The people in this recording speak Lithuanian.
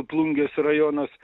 plungės rajonas